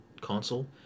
console